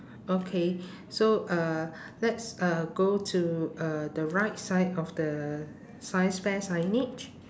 okay so uh let's uh go to uh the right side of the science fair signage